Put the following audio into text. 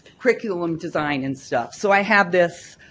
curriculum design and stuff, so i have this,